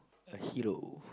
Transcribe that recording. a hero